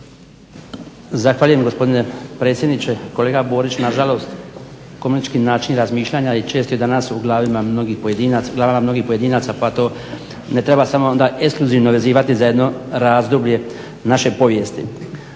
Zahvaljujem gospodine predsjedniče. Kolega Borić, nažalost komunistički način razmišljanja je često i danas u glavama mnogih pojedinaca pa to ne treba samo onda ekskluzivno vezivati za jedno razdoblje naše povijesti.